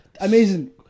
Amazing